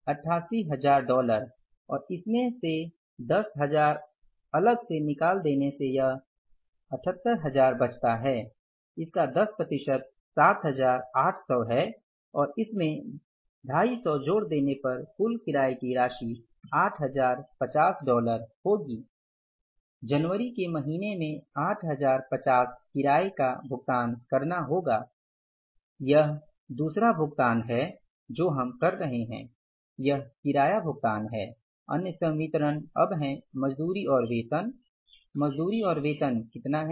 88000 dollar और इसमें से 10000 अलग से निकल देने से यह 78000 बचता है इसका 10 प्रतिशत 7800 है और इसमें 250 जोड़ देने पर कुल किराए की राशि 8050 डॉलर होगी जनवरी के महीने में 8050 किराए का भुगतान करना होगा यह दूसरा भुगतान है जो हम कर रहे हैं यह किराया भुगतान है अन्य संवितरण अब हैं मजदूरी और वेतन मजदूरी और वेतन कितना है